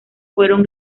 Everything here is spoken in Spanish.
fueron